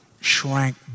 shrank